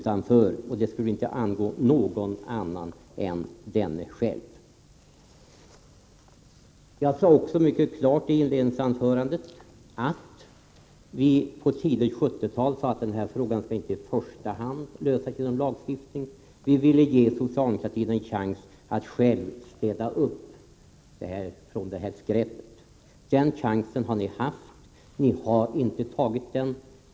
Den enskildes beslut i det avseendet skall inte angå någon annan än honom själv. I mitt inledningsanförande sade jag också mycket klart att vi på tidigt 70-tal sade att denna fråga inte i första hand skall lösas genom lagstiftning. Vi ville ge socialdemokratin en chans att själv städa upp och avlägsna det här skräpet. Den chansen har ni haft, men ni har inte tagit den.